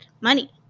money